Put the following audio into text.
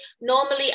normally